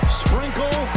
sprinkle